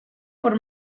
por